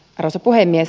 arvoisa puhemies